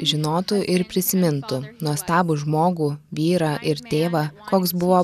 žinotų ir prisimintų nuostabų žmogų vyrą ir tėvą koks buvo